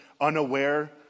unaware